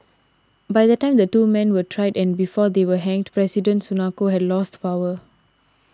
by the time the two men were tried and before they were hanged President Sukarno had lost power